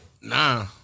Nah